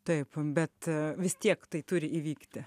taip bet vis tiek tai turi įvykti